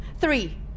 Three